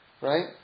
right